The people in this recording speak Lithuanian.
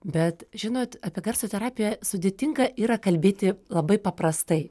bet žinot apie garso terapiją sudėtinga yra kalbėti labai paprastai